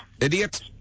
idiot